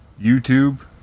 YouTube